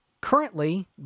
currently